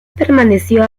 permaneció